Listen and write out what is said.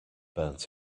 burnt